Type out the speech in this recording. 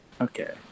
okay